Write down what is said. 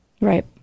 Right